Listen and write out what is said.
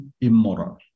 immoral